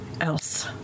else